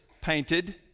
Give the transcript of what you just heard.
painted